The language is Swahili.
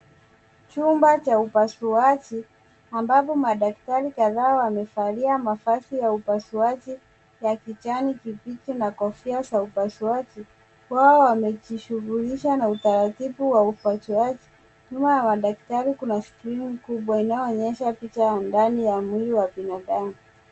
Chumba cha upasuaji ambapo madaktari kadhaa wamevalia mavazi ya upasuaji ya kijani kibichi na kofia za upasuaji, wao wamejishughulisha na utaratibu wa upasuaji. Nyuma ya madaktari kuna skrini kubwa inayoonyesha picha ya ndani ya mwili wa binadamu.